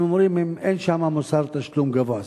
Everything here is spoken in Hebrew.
הם אומרים: אם אין שם מוסר תשלום גבוה.